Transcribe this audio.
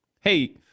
Hey